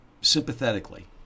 sympathetically